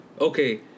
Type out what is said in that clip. Okay